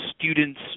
Students